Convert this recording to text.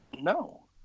No